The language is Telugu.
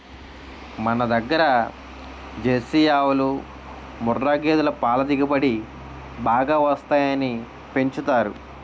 మనదగ్గర జెర్సీ ఆవులు, ముఱ్ఱా గేదులు పల దిగుబడి బాగా వస్తాయని పెంచుతారు